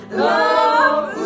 love